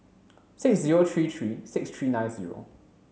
six zero three three six three nine zero